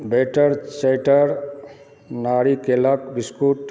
better चेटर नारिकेलक biscuit